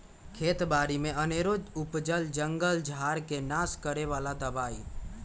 खेत बारि में अनेरो उपजल जंगल झार् के नाश करए बला दबाइ